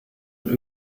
und